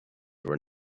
were